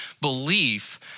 belief